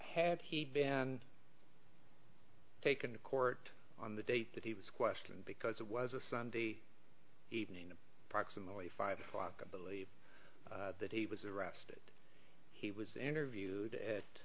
had he been taken to court on the date that he was questioned because it was a sunday evening approximately five o'clock i believe that he was arrested he was interviewed